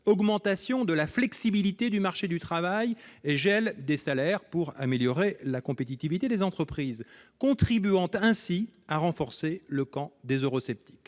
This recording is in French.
augmentation de la flexibilité du marché du travail et gel des salaires pour améliorer la compétitivité des entreprises, contribuant ainsi à renforcer le camps des eurosceptiques